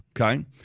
okay